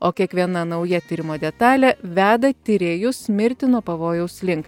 o kiekviena nauja tyrimo detalė veda tyrėjus mirtino pavojaus link